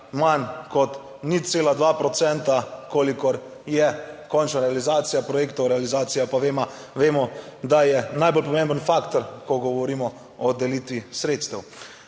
manj kot 0,2 %, kolikor je končna realizacija projektov realizacija pa, vemo, da je najbolj pomemben faktor, ko govorimo o delitvi sredstev.